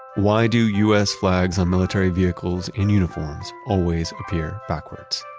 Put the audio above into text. why do us flags on military vehicles and uniforms always appear backwards.